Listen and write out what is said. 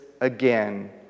again